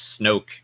Snoke